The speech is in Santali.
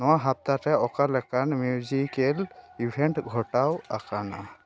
ᱱᱚᱣᱟ ᱦᱟᱯᱛᱟ ᱨᱮ ᱚᱠᱟᱞᱮᱱᱟ ᱢᱤᱣᱡᱤᱠᱮᱞ ᱤᱵᱷᱮᱱᱴ ᱜᱷᱚᱴᱟᱣ ᱟᱠᱟᱱᱟ